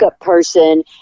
person